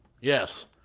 Yes